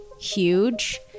huge